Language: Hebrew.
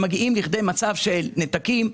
שמגיעים לכדי מצב של נתקים,